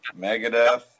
Megadeth